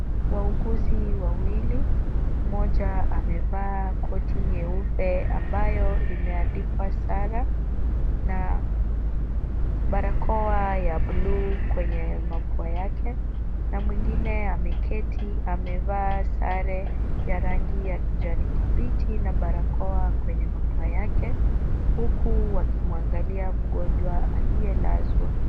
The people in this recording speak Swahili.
Wauguzi wawili, mmoja amevaa koti nyeupe ambayo imeandikwa Sara, na barakoa ya buluu kwenye mapua yake, na mwingine ameketi amevaa sare ya rangi ya kijani kibichi na barakoa kwenye mapua yake, huku wakimwangalia mgonjwa aliyelazwa.